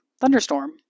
thunderstorm